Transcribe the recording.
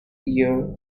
year